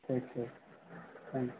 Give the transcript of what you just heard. ٹھیک ٹھیک thank you